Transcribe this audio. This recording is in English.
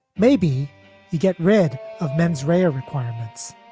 maybe you get rid of mens rea requirements